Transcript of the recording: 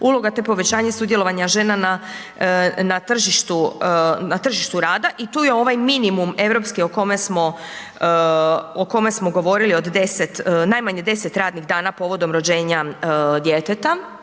uloga, te povećanje sudjelovanja žena na, na tržištu, na tržištu rada i tu je ovaj minimum europski o kome smo, o kome smo govorili od 10, najmanje 10 radnih dana povodom rođenja djeteta,